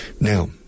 Now